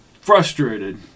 frustrated